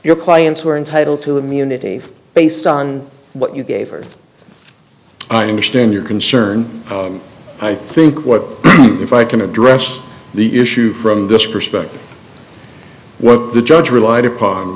your clients were entitled to immunity based on what you gave or i understand your concern i think what if i can address the issue from this perspective what the judge relied upon